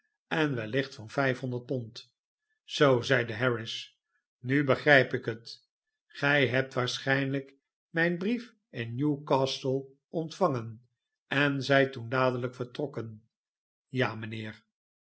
en wellicht van vijfhonderd pond zoo zeide harris nu begrijp ik het gij hebt waarschijnlijk mijn brief in newcastle ontvangen en zijt toen dadelijk vertrokken ja mijnheer